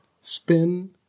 Spin